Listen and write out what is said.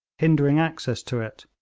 hindering access to it,